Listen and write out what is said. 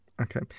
Okay